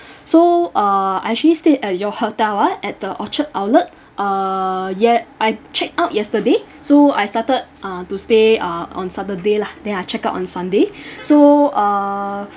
so uh I actually stayed at your hotel ah at the orchard outlet err ye~ I checked out yesterday so I started uh to stay uh on saturday lah then I check out on sunday so uh